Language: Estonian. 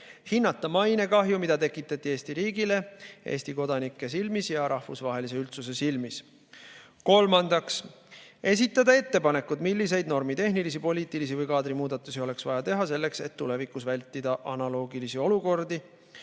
hinnata mainekahju, mida tekitati Eesti riigile Eesti kodanike silmis ja Eesti riigile rahvusvahelise üldsuse silmis.3) esitada ettepanekud, milliseid normitehnilisi, poliitilisi või kaadrimuudatusi oleks vaja teha, selleks et tulevikus vältida analoogilisi olukordi,